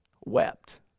wept